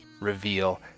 reveal